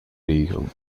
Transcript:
regel